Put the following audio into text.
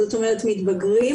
זאת אומרת מתבגרים.